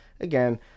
again